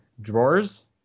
Drawers